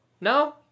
No